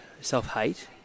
self-hate